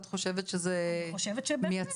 את חושבת שזה מייצר